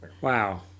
wow